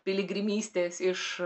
piligrimystės iš